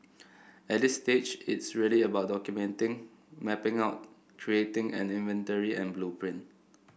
at this stage it's really about documenting mapping out creating an inventory and blueprint